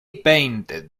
painted